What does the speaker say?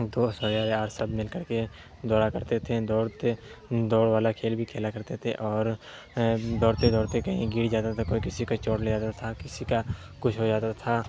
دوست وغیرہ اور سب مل کر کے دوڑا کرتے تھے دوڑتے دوڑ والا کھیل بھی کھیلا کرتے تھے اور دوڑتے دوڑتے کہیں گر جاتا تھا کوئی کسی کو چوٹ لے جاتا تھا کسی کا کچھ ہو جاتا تھا